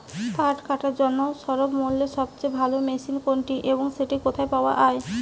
পাট কাটার জন্য স্বল্পমূল্যে সবচেয়ে ভালো মেশিন কোনটি এবং সেটি কোথায় পাওয়া য়ায়?